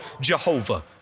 Jehovah